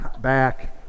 Back